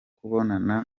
kubonana